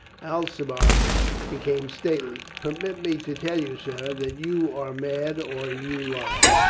alcibiade became stately. permit me to tell you, sir, that you are mad or you lie.